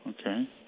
Okay